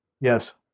Yes